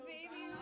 Baby